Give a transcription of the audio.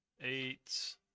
eight